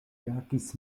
verkis